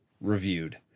Reviewed